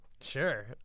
Sure